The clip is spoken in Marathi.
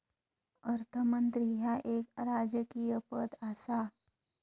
अर्थमंत्री ह्या एक राजकीय पद आसा